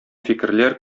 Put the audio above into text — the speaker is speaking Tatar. фикерләр